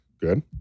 Good